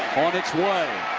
its way.